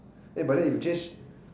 eh but then if you change